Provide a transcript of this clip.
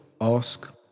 ask